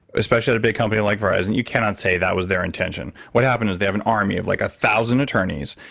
especially at a big company like verizon, you cannot say that was their intention. what happened is they have an army of one like ah thousand attorneys.